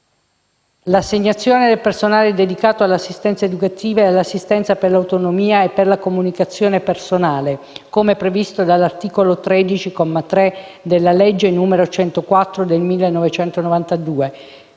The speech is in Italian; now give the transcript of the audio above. l'assegnazione del personale dedicato all'assistenza educativa e all'assistenza per l'autonomia e per la comunicazione personale, come previsto dall'articolo 13, comma 3, della legge n. 104 del 1992;